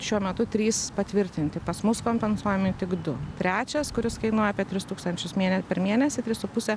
šiuo metu trys patvirtinti pas mus kompensuojami tik du trečias kuris kainuoja apie tris tūkstančius mėn per mėnesį tris su puse